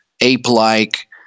ape-like